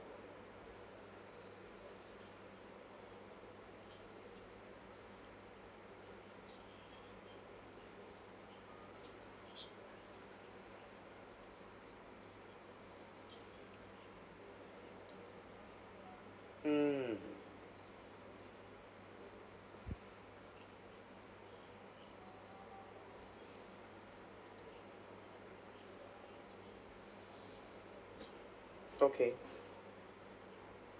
mm okay